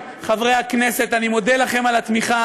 חברי חברי הכנסת, אני מודה לכם על התמיכה.